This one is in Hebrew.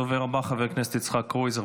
הדובר הבא, חבר הכנסת יצחק קרויזר.